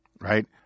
right